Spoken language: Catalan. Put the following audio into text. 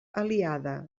aliada